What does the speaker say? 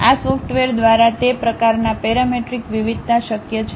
આ સોફ્ટવેર દ્વારા તે પ્રકારના પેરામેટ્રિક વિવિધતા શક્ય છે